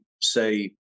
say